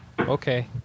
Okay